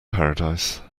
paradise